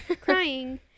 Crying